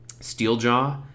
Steeljaw